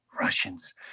Russians